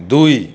দুই